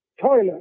toilet